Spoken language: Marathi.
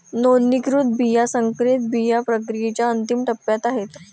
नोंदणीकृत बिया संकरित बिया प्रक्रियेच्या अंतिम टप्प्यात आहेत